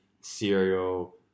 cereal